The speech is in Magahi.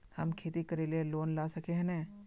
हम खेती करे ले लोन ला सके है नय?